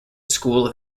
school